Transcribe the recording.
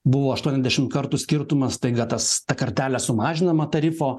buvo aštuoniadešim kartų skirtumas staiga tas kartelė sumažinama tarifo